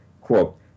quote